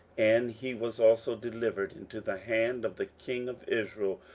and he was also delivered into the hand of the king of israel,